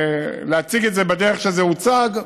ולהציג את זה בדרך שזה הוצג,